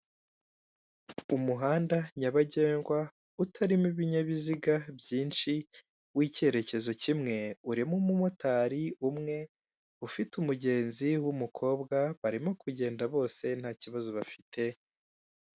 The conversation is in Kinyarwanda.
Umuhanda nyabagendwa, utarimo ibinyabiziga byinshi wicyerekezo kimwe, urimo umumotari umwe ufite umugenzi w'umukobwa barimo kugenda bose ntakibazo bafite.